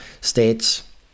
states